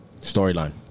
Storyline